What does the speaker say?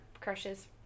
crushes